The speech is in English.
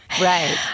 Right